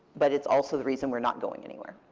but it's also the reason we're not going anywhere.